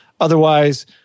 Otherwise